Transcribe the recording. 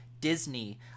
Disney